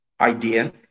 idea